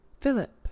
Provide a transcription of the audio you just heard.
Philip